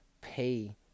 pay